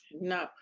No